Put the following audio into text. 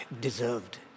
deserved